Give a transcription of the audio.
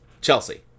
Chelsea